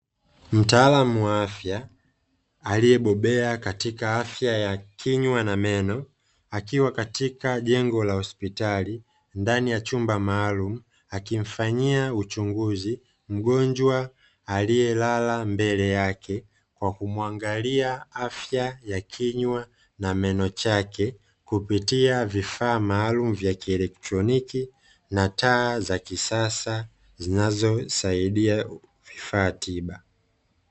Mtaalamu wa afya aliyebobea katika afya ya kinywa na meno, akiwa katika jengo la hospitali ndani ya chumba maalumu, akimfanyia uchunguzi mgonjwa aliyelala mbele yake kwa kumwangalia afya ya kinywa na meno yake; kupitia vifaa maalumu vya kielektroniki na taa za kisasa zinazosaidia vifaa tiba.